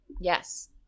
Yes